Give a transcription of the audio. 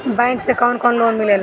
Bank से कौन कौन लोन मिलेला?